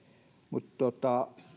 mutta mutta